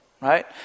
right